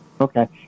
okay